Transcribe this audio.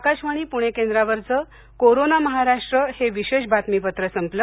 आकाशवाणी प्णे केंद्रावरचं कोरोना महाराष्ट्र हे विशेष बातमीपत्र संपलं